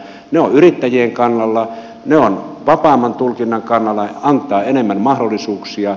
ne ovat yrittäjien kannalla ne ovat vapaamman tulkinnan kannalla ne antavat enemmän mahdollisuuksia